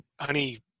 honey